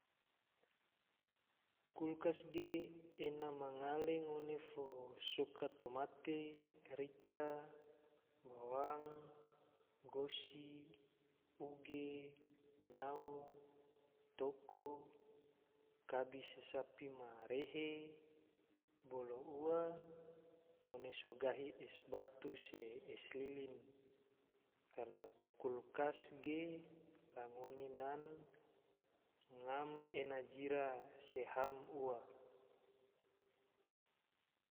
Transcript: Kulkas ge, ena ma ngale ngone fo soka tomate, rica, bawang, gosi, uge, nyao, toko, kabi, se sapi ma rehe, bolo ua ngone so gahi es batu se es lilin. karna kulkas ge la ngona na ngam ena jira se ham ua